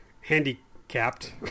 handicapped